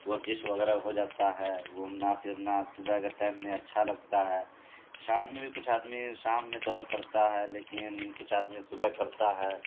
ورزش وغیرہ ہو جاتا ہے گھومنا پھرنا صبح کے ٹائم میں اچھا لگتا ہے شام میں بھی کچھ آدمی شام میں دور کرتا ہے لیکن کچھ آدمی صبح کرتا ہے